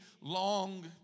long